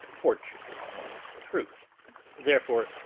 fortune, and truth therefore,